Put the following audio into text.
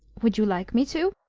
would you like me to?